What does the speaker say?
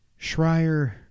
Schreier